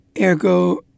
ergo